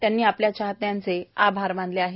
त्यांनी आपल्या चाहत्यांचे आभार मानले आहे